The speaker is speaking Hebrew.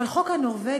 אבל החוק הנורבגי,